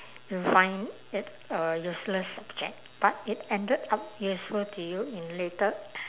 you find it a useless subject but it ended up useful to you in later